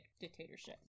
dictatorship